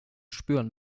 spüren